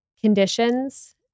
conditions